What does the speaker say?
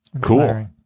cool